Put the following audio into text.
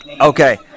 Okay